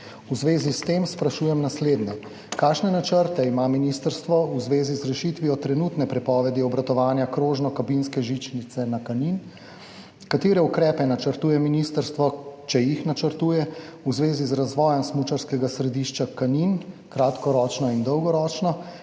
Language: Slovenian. V zvezi s tem sprašujem naslednje: Kakšne načrte ima ministrstvo v zvezi z rešitvijo trenutne prepovedi obratovanja krožne kabinske žičnice na Kaninu? Katere ukrepe načrtuje ministrstvo, če jih načrtuje, v zvezi z razvojem smučarskega središča Kanin, kratkoročno in dolgoročno?